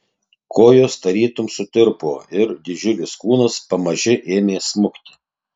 kojos tarytum sutirpo ir didžiulis kūnas pamaži ėmė smukti